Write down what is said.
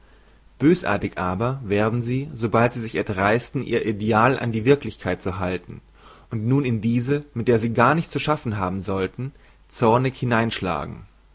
bösartig aber werden sie sobald sie sich erdreisten ihr ideal an die wirklichkeit zu halten und nun in diese mit der sie gar nichts zu schaffen haben sollten zornig